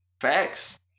facts